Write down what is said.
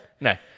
No